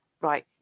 right